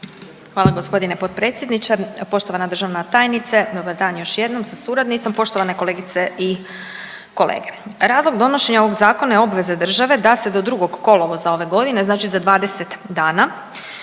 Hvala g. potpredsjedniče. Poštovana državna tajnice dobar dan još jednom sa suradnicom, poštovane kolegice i kolege. Razlog donošenja ovog zakona je obveza države da se do 2. kolovoza ove godine, znači za 20 dana